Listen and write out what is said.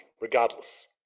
regardless